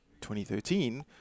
2013